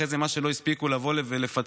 ואחרי זה מה שלא הספיקו לבוא ולפצל,